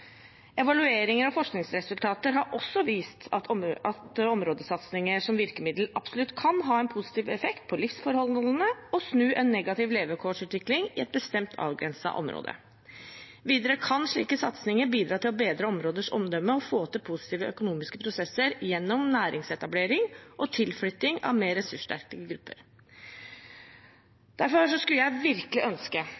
Evalueringer av forskningsresultater har også vist at områdesatsinger som virkemiddel absolutt kan ha en positiv effekt på livsforholdene og snu en negativ levekårsutvikling i et bestemt, avgrenset område. Videre kan slike satsinger bidra til å bedre områders omdømme og få til positive økonomiske prosesser gjennom næringsetablering og tilflytting av mer ressurssterke grupper.